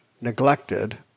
neglected